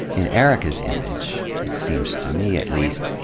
in erica's image, it seems to me, at least,